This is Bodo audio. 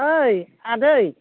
ओइ आदै